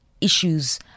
issues